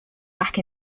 back